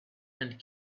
and